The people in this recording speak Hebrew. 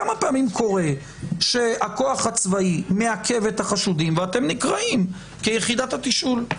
כמה פעמים קורה שהכוח הצבאי מעכב את החשודים ואתם נקראים כיחידת התשאול?